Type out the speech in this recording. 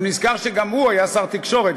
הוא נזכר שגם הוא היה שר התקשורת,